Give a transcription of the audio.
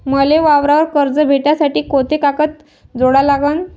मले वावरावर कर्ज भेटासाठी कोंते कागद जोडा लागन?